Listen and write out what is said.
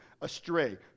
astray